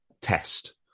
test